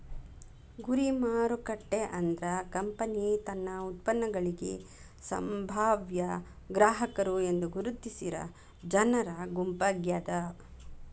ಗುರಿ ಮಾರುಕಟ್ಟೆ ಅಂದ್ರ ಕಂಪನಿ ತನ್ನ ಉತ್ಪನ್ನಗಳಿಗಿ ಸಂಭಾವ್ಯ ಗ್ರಾಹಕರು ಎಂದು ಗುರುತಿಸಿರ ಜನರ ಗುಂಪಾಗ್ಯಾದ